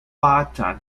发展